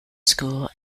school